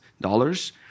dollars